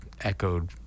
echoed